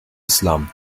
islam